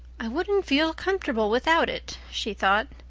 i wouldn't feel comfortable without it, she thought.